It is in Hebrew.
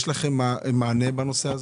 יש לכם מענה בנושא הזה?